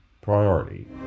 priority